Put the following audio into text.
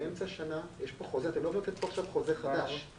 לדעתי היינו צריכים לדבר לפחות לפני חודשיים בנושא הזה,